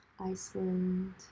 Iceland